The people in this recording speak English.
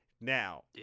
Now